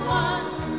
one